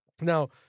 Now